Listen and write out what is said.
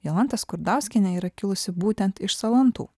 jolanta skurdauskienė yra kilusi būtent iš salantų